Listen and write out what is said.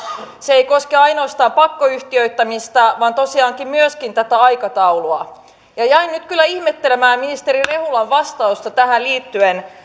se ei koske ainoastaan pakkoyhtiöittämistä vaan tosiaankin myös tätä aikataulua ja jäin nyt kyllä ihmettelemään ministeri rehulan vastausta tähän liittyen